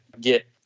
get